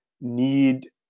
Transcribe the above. need